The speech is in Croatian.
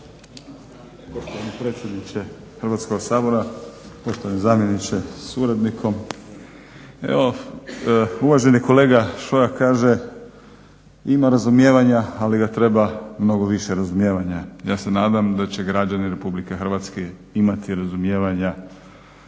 rada)** Predsjedniče Hrvatskog sabora, poštovani zamjeniče sa suradnikom. Evo, uvaženi kolega Šoja kaže ima razumijevanja ali ga treba mnogo više razumijevanja. Ja se nadam da će građani Republike Hrvatske imati razumijevanja